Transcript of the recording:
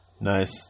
Nice